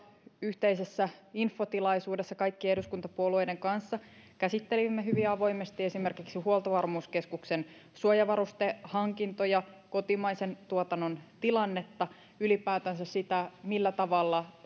yhteisessä infotilaisuudessa kaikkien eduskuntapuolueiden kanssa käsittelimme hyvin avoimesti esimerkiksi huoltovarmuuskeskuksen suojavarustehankintoja kotimaisen tuotannon tilannetta ylipäätänsä sitä millä tavalla